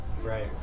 right